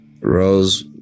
Rose